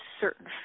certain